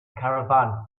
caravan